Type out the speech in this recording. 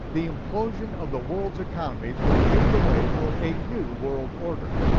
the implosion of the world's economies will pave the way for a new world order.